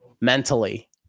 mentally